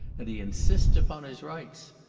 and he insists upon his rights.